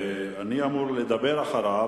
אני אמור לדבר אחריו,